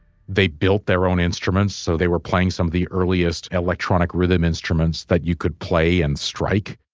they built their own instruments so they were playing some of the earliest electronic rhythm instruments that you could play and strike.